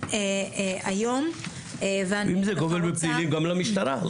אם זה גובל בפלילים, גם למשטרה.